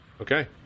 Okay